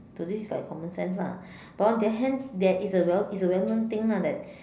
so this is like common sense lah but on the hand that it's a well it's a well known thing lah that